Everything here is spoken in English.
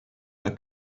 her